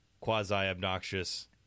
quasi-obnoxious